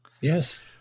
Yes